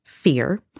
Fear